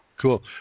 Cool